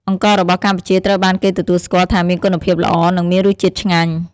អង្កររបស់កម្ពុជាត្រូវបានគេទទួលស្គាល់ថាមានគុណភាពល្អ និងមានរសជាតិឆ្ងាញ់។